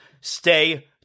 stay